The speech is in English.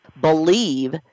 believe